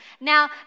Now